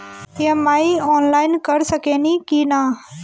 EMI online कर सकेनी की ना?